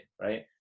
right